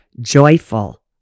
Joyful